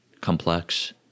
complex